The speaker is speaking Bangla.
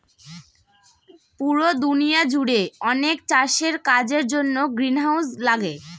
পুরো দুনিয়া জুড়ে অনেক চাষের কাজের জন্য গ্রিনহাউস লাগে